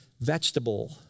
vegetable